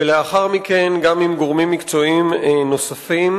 ולאחר מכן גם עם גורמים מקצועיים נוספים,